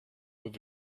with